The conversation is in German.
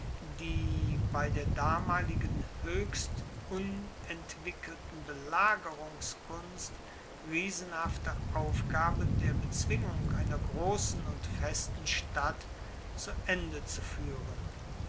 die bei der damaligen hoechst unentwickelten belagerungskunst riesenhafte aufgabe der bezwingung einer grossen und festen stadt zu ende zu fuehren